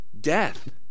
death